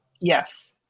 Yes